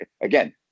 again